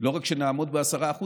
לא רק שנעמוד השנה ב-10%,